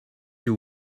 you